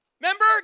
Remember